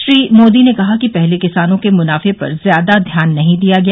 श्री मोदी ने कहा कि पहले किसानों के मुनाफे पर ज्यादा ध्यान नहीं दिया गया